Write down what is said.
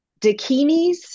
dakinis